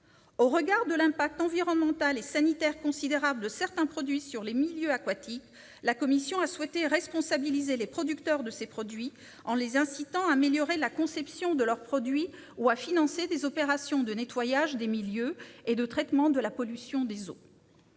Au regard de l'impact environnemental et sanitaire considérable de certains produits sur les milieux aquatiques, la commission a souhaité responsabiliser les producteurs de ces produits en les incitant à améliorer la conception de leurs produits ou à financer des opérations de nettoyage des milieux et de traitement de la pollution des eaux.